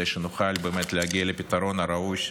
כדי שנוכל באמת להגיע לפתרון הראוי,